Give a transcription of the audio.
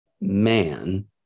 man